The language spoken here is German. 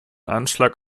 anschlag